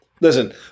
listen